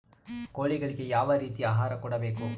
ಕೋಳಿಗಳಿಗೆ ಯಾವ ರೇತಿಯ ಆಹಾರ ಕೊಡಬೇಕು?